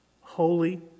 holy